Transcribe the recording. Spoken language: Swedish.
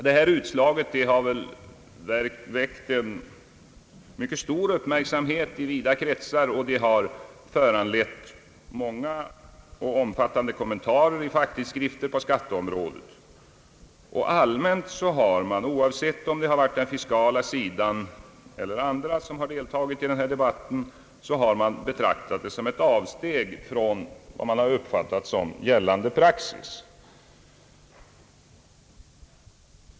Detta utslag har väckt mycket stor uppmärksamhet i vida kretsar och föranlett många och omfattande kommentarer i facktidskrifter på skatteområdet. Allmänt har man — oavsett om det varit den fiskala sidan eller andra som deltagit i debatten — betraktat det som ett avsteg från vad man har uppfattat som gällande praxis.